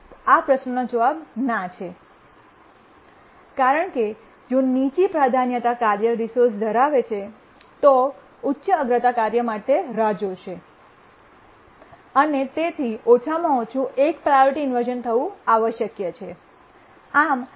આ પ્રશ્નનો જવાબ ના છે કારણ કે જો નીચી પ્રાધાન્યતા કાર્ય રિસોર્સ ધરાવે છે તો ઉચ્ચ અગ્રતા કાર્ય માટે રાહ જોશે અને તેથી ઓછામાં ઓછું એક પ્રાયોરિટી ઇન્વર્શ઼ન થવું આવશ્યક છે